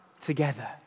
together